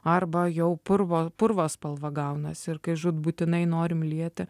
arba jau purvo purvo spalva gaunasi ir kai žūtbūtinai norim lieti